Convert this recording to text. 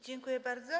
Dziękuję bardzo.